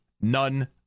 none